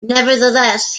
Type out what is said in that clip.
nevertheless